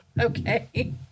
Okay